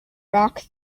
rock